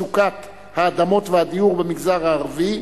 מצוקת האדמות והדיור במגזר הערבי,